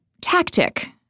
tactic